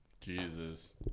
Jesus